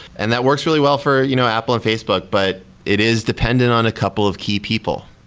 and that works really well for you know apple and facebook, but it is dependent on a couple of key people,